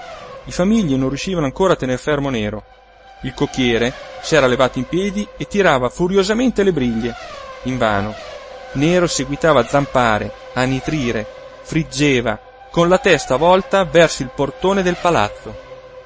i famigli non riuscivano ancora a tener fermo nero il cocchiere s'era levato in piedi e tirava furiosamente le briglie invano nero seguitava a zampare a nitrire friggeva con la testa volta verso il portone del palazzo